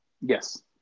Yes